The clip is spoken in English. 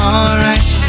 Alright